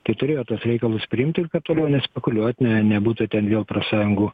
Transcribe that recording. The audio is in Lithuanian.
tai turėjo tuos reikalus priimt ir kad toliau nespekuliuot ne nebūtų ten vėl profsąjungų